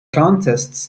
contests